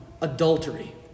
adultery